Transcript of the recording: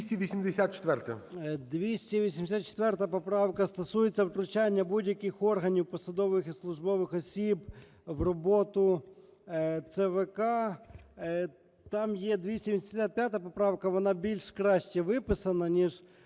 284 поправка стосується втручання будь-яких органів, посадових і службових осіб в роботу ЦВК. Там є 285 поправка, вона більш краще виписана ніж